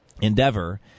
endeavor